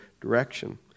direction